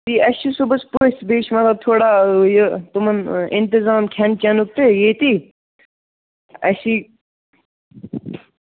تی اَسہِ چھُ صُبحَس پٔژھۍ بیٚیہِ چھِ مطلب تھوڑا یہِ تِمَن اِنتظام کھٮ۪ن چٮ۪نُک تہِ ییٚتی اَسی